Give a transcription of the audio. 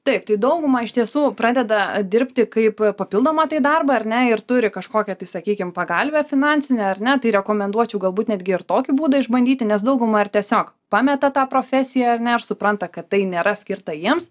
taip tai dauguma iš tiesų pradeda dirbti kaip papildomą tai darbą ar ne ir turi kažkokią tai sakykim pagalvę finansinę ar ne tai rekomenduočiau galbūt netgi ir tokį būdą išbandyti nes dauguma ir tiesiog pameta tą profesiją ar ne ir supranta kad tai nėra skirta jiems